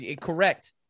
correct